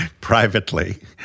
Privately